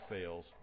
fails